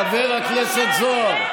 חבר הכנסת זוהר.